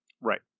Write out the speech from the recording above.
right